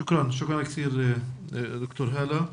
תודה, תודה רבה, ד"ר האלה.